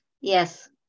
Yes